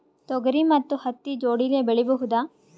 ತೊಗರಿ ಮತ್ತು ಹತ್ತಿ ಜೋಡಿಲೇ ಬೆಳೆಯಬಹುದಾ?